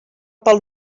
pel